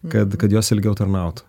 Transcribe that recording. kad kad jos ilgiau tarnautų